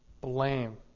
blame